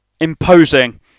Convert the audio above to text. imposing